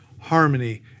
Harmony